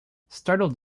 startled